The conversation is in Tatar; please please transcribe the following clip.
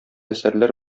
әсәрләр